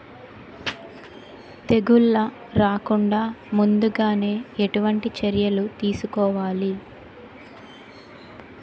తెగుళ్ల రాకుండ ముందుగానే ఎటువంటి చర్యలు తీసుకోవాలి?